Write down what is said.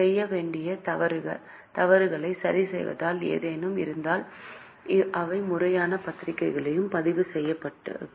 செய்ய வேண்டிய தவறுகளை சரிசெய்தல் ஏதேனும் இருந்தால் அவை முறையான ஜர்னல் யிலும் பதிவு செய்யப்படும்